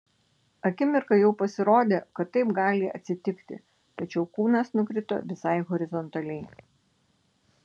akimirką jau pasirodė kad taip gali atsitikti tačiau kūnas nukrito visai horizontaliai